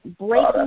breaking